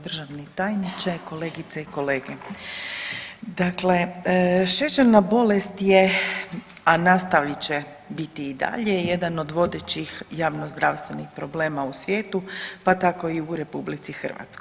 Državni tajniče, kolegice i kolege, dakle šećerna bolest je, a nastavit će biti i dalje jedan od vodećih javnozdravstvenih problema u svijetu pa tako i u RH.